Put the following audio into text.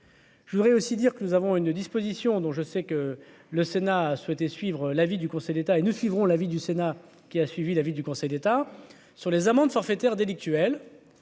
Je voudrais aussi dire que nous avons une disposition dont je sais que le Sénat souhaité suivre l'avis du Conseil d'État et nous suivrons l'avis du Sénat qui a suivi l'avis du Conseil d'État sur les amendes forfaitaires délictuelles,